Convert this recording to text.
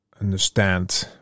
understand